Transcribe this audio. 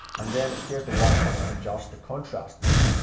and then here's the one that i'm gonna adjust the contrast in.